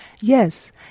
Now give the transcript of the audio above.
Yes